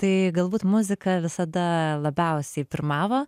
tai galbūt muzika visada labiausiai pirmavo